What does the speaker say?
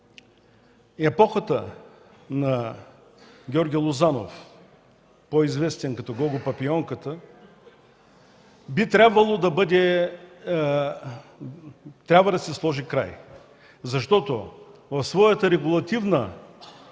епохата на Георги Лозанов, по-известен като Гого Папийонката, трябва да се сложи край, защото в своята регулативна